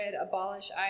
abolish